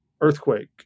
earthquake